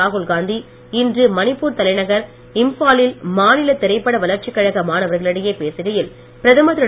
ராகுல் காந்தி இன்று மணிப்பூர் தலைநகர் இம்பாலில் மாநில திரைப்பட வளர்ச்சி கழக மாணவர்களிடையே பேசுகையில் பிரதமர் திரு